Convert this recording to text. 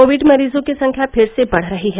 Covid मरीजों की संख्या फिर से बढ़ रही है